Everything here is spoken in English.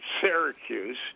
Syracuse